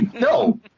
No